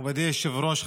מכובדי היושב-ראש,